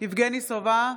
יבגני סובה,